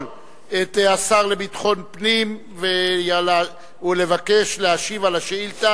את השר לביטחון פנים ולבקש שישיב על השאילתא